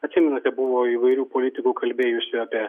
atsimenate buvo įvairių politikų kalbėjusių apie